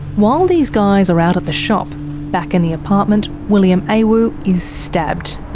while these guys are out at the shop back in the apartment william awu is stabbed.